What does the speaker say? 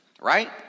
Right